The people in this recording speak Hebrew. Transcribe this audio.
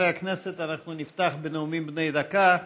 חברי הכנסת, אנחנו נפתח בנאומים בני דקה.